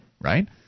Right